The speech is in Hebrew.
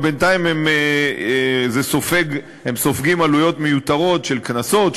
אבל בינתיים הם סופגים עלויות מיותרות של קנסות,